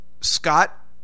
Scott